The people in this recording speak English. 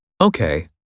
Okay